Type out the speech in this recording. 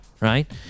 right